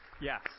yes